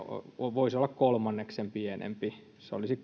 voisi olla kolmanneksen pienempi se olisi